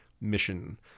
mission